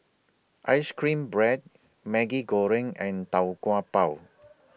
Ice Cream Bread Maggi Goreng and Tau Kwa Pau